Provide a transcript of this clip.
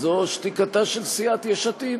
זה שתיקתה של סיעת יש עתיד.